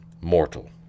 mortal